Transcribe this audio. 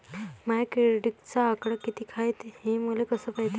माया क्रेडिटचा आकडा कितीक हाय हे मले कस पायता येईन?